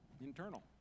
internal